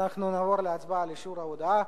אנחנו נעבור להצבעה על אישור ההודעה.